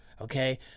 Okay